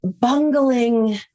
bungling